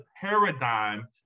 paradigm